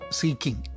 seeking